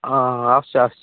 ହଁ ଆସୁଛି ଆସୁଛି